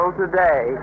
today